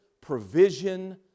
provision